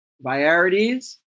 varieties